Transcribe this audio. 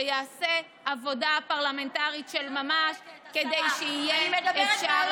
שיעשה עבודה פרלמנטרית של ממש כדי שיהיה אפשר